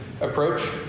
approach